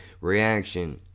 reaction